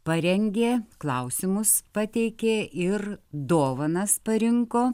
parengė klausimus pateikė ir dovanas parinko